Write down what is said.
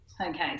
Okay